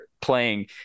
playing